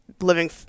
living